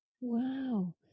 Wow